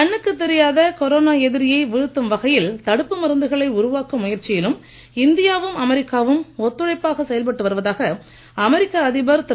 கண்ணுக்கு தெரியாத கொரோனா எதிரியை வீழ்த்தும் வகையில் தடுப்பு மருந்துகளை உருவாக்கும் முயற்சியிலும் இந்தியாவும் அமெரிக்காவும் ஒத்துழைப்பாக செயல்பட்டு வருவதாக அமெரிக்க அதிபர் திரு